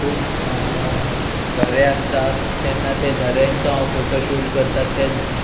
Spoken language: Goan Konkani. खूब झरे आसतात तेन्ना ते झऱ्यांचो हांव फोटो शूट करता ते